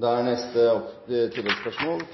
Geir Pollestad – til oppfølgingsspørsmål.